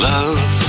Love